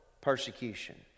persecution